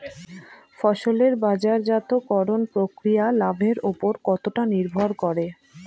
ফসলের বাজারজাত করণ প্রক্রিয়া লাভের উপর কতটা নির্ভর করে?